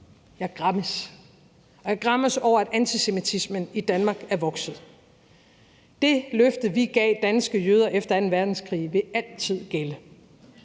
Jeg græmmes. Jeg græmmes over, at antisemitismen i Danmark er vokset. Det løfte, vi gav danske jøder efter anden verdenskrig, vil altid gælde.